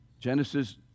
genesis